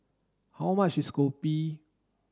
how much is Kopi